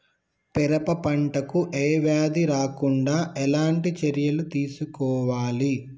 పెరప పంట కు ఏ వ్యాధి రాకుండా ఎలాంటి చర్యలు తీసుకోవాలి?